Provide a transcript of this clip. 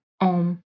Om